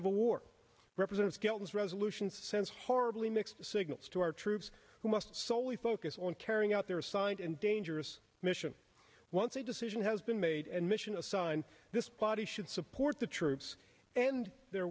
of a war represent skelton's resolution sense horribly mixed signals to our troops who must so we focus on carrying out their side and dangerous mission once a decision has been made and mission assigned this body should support the troops and the